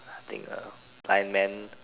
I think uh blind man